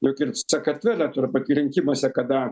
juk ir sakartvele turbūt rinkimuose kada